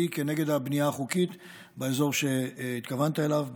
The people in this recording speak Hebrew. נגד הבנייה החוקית באזור שהתכוונת אליו,